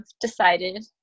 decided